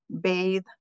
bathe